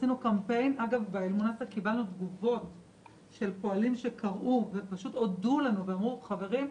באלמונסק קיבלנו תגובות של פועלים שקראו והודו לנו ואמרו: חברים,